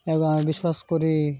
ଏବଂ ବିଶ୍ୱାସ କରି